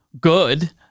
good